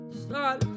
start